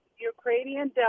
Ukrainian